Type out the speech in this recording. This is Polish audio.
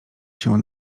się